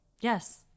yes